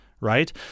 right